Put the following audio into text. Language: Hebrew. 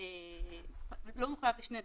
לשני דברים.